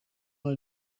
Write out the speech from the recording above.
want